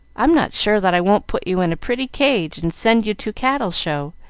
i'm not sure that i won't put you in a pretty cage and send you to cattle show,